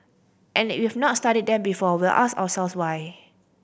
and if not studied them before we'll ask ourselves why